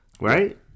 Right